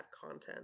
content